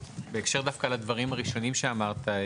בהקשר לדברים הראשונים שאמרת,